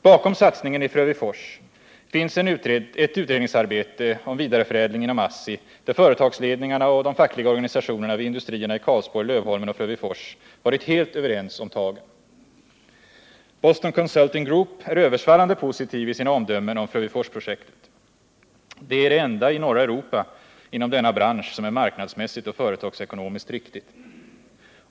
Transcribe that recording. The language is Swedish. Bakom satsningen i Frövifors finns ett utredningsarbete om vidareförädlingen inom ASSI, där företagsledningarna och de fackliga organisationerna vid industrierna i Karlsborg, Lövholmen och Frövifors varit helt överens om tagen. Boston Consulting Group är översvallande positiv i sina omdömen om Fröviforsprojektet. Det är det enda i norra Europa inom denna bransch som är marknadsmässigt och företagsekonomiskt riktigt.